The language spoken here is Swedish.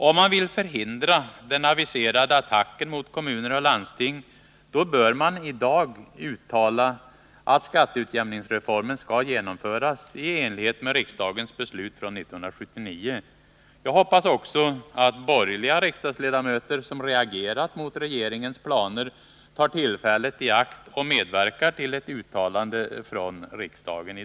Om man vill förhindra den aviserade attacken mot kommuner och landsting, då bör man nu uttala att skatteutjämningsreformen skall genomföras i enlighet med riksdagens beslut från 1979. Jag hoppas att också borgerliga riksdagsledamöter som reagerat mot regeringens planer tar tillfället i akt och medverkar till ett uttalande från riksdagen.